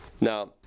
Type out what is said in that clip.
Now